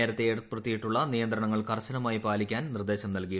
നേരത്തേ ഏർപ്പെടുത്തിയിട്ടുള്ള നിയന്ത്രണങ്ങൾ കർശനമായി പാലിക്കാൻ നിർദേശം നൽകി